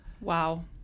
Wow